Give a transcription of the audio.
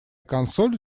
консоль